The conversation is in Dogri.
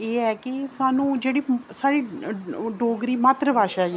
एह् ऐ कि सानू जेहड़ी साढ़ी डोगरी मात्तर भाशा ऐ